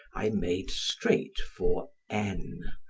i made straight for n,